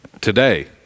Today